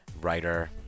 writer